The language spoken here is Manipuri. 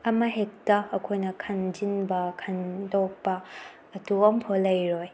ꯑꯃ ꯍꯦꯛꯇ ꯑꯩꯈꯣꯏꯅ ꯈꯟꯖꯤꯟꯕ ꯈꯟꯗꯣꯛꯄ ꯑꯗꯨ ꯑꯃ ꯐꯥꯎ ꯂꯩꯔꯣꯏ